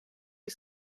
you